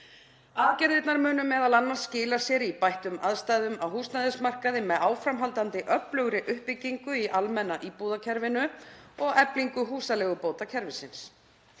Aðgerðirnar munu m.a. skila sér í bættum aðstæðum á húsnæðismarkaði með áframhaldandi öflugri uppbyggingu í almenna íbúðakerfinu og eflingu húsaleigubótakerfisins.